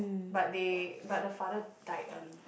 but they but the father died early